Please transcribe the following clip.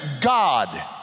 God